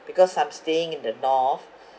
because I'm staying in the north